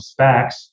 SPACs